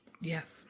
Yes